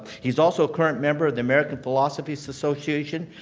he's also a current member of the american philosophy so association,